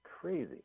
crazy